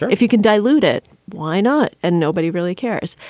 if you can dilute it, why not? and nobody really cares.